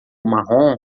marrom